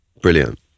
Brilliant